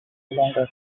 longer